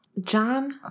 John